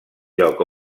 lloc